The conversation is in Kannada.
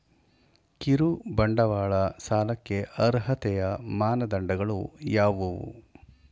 ಕಿರುಬಂಡವಾಳ ಸಾಲಕ್ಕೆ ಅರ್ಹತೆಯ ಮಾನದಂಡಗಳು ಯಾವುವು?